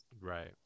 right